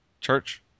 Church